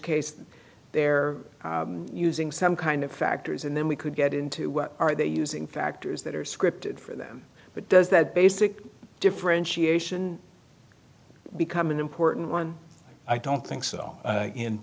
case they're using some kind of factors and then we could get into what are they using factors that are scripted for them but does that basic differentiation become an important one i don't think so